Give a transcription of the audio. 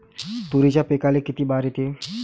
तुरीच्या पिकाले किती बार येते?